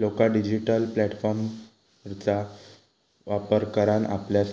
लोका डिजिटल प्लॅटफॉर्मचा वापर करान आपल्या